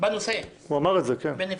בנושא בנפרד.